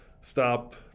stop